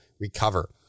recover